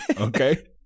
Okay